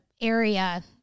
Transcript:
area